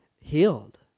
healed